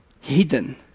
hidden